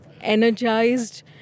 energized